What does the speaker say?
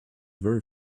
very